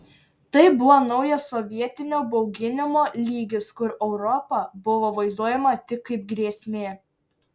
tai buvo naujas sovietinio bauginimo lygis kur europa buvo vaizduojama tik kaip grėsmė